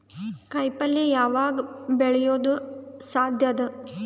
ಕಾಯಿಪಲ್ಯ ಯಾವಗ್ ಬೆಳಿಯೋದು ಸಾಧ್ಯ ಅದ?